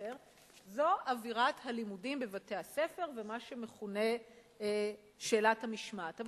יותר זו אווירת הלימודים בבתי-הספר ומה שמכונה "שאלת המשמעת".